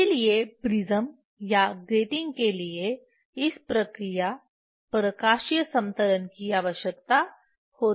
इसीलिए प्रिज्म या ग्रेटिंग के लिए इस प्रक्रिया प्रकाशीय समतलन की आवश्यकता होती है